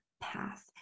path